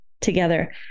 together